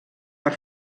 per